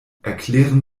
erklären